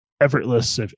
effortless